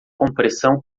compressão